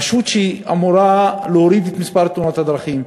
הרשות אמורה להוריד את מספר תאונות הדרכים,